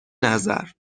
نظر